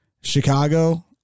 Chicago